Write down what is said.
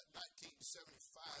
1975